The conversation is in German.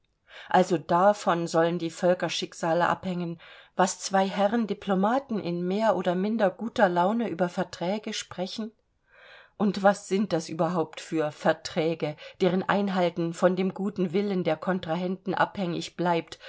also davon sollen die völkerschicksale abhängen was zwei herren diplomaten in mehr oder minder guter laune über verträge sprechen und was sind das überhaupt für verträge deren einhalten von dem guten willen der kontrahenten abhängig bleibt